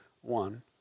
one